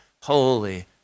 holy